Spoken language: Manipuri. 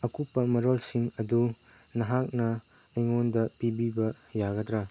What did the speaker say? ꯑꯀꯨꯞꯄ ꯃꯔꯣꯜꯁꯤꯡ ꯑꯗꯨ ꯅꯍꯥꯛꯅ ꯑꯩꯉꯣꯟꯗ ꯄꯤꯕꯤꯕ ꯌꯥꯒꯗ꯭ꯔꯥ